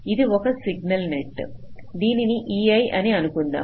ఇది ఒక single net దీనిని ei అని అనుకుందాం